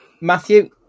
Matthew